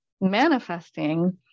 manifesting